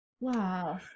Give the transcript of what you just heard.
Wow